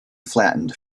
flattened